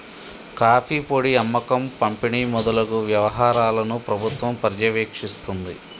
coffee పొడి అమ్మకం పంపిణి మొదలగు వ్యవహారాలను ప్రభుత్వం పర్యవేక్షిస్తుంది